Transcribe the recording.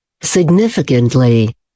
Significantly